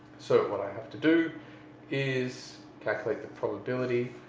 so what i have to do is calculate the probability.